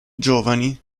giovani